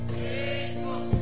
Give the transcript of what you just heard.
faithful